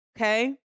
Okay